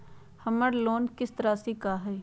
हमर लोन किस्त राशि का हई?